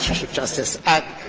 chief justice.